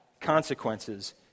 consequences